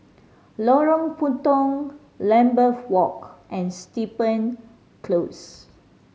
Lorong Puntong Lambeth Walk and Steven Close